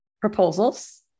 proposals